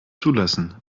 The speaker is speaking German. zulassen